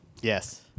Yes